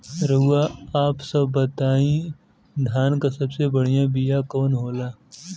रउआ आप सब बताई धान क सबसे बढ़ियां बिया कवन होला?